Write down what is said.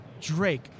Drake